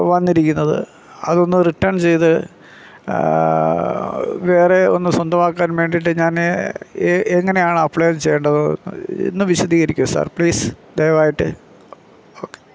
വന്നിരിക്കുന്നത് അതൊന്ന് റിട്ടേൺ ചെയ്ത് വേറെ ഒന്ന് സ്വന്തമാക്കാൻ വേണ്ടിയിട്ട് ഞാന് എങ്ങനാണ് അപ്ലൈ ചെയ്യേണ്ടത് ഒന്ന് വിശദീകരിക്കുമോ സാർ പ്ലീസ് ദയവായിട്ട് ഓക്കേ